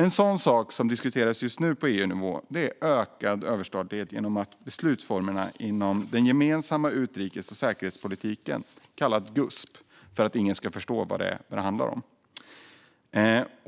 En sak som diskuteras just nu på EU-nivå är ökad överstatlighet genom beslutsformerna inom den gemensamma utrikes och säkerhetspolitiken, kallad GUSP, för att ingen ska förstå vad det handlar om.